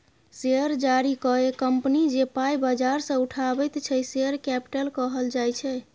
share जारी कए company जे पाइ बजार सँ उठाबैत छै शेयर कैपिटल कहल जाइ छै